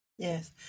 Yes